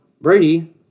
Brady